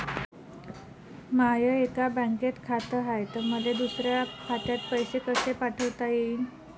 माय एका बँकेत खात हाय, त मले दुसऱ्या खात्यात पैसे कसे पाठवता येईन?